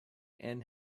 and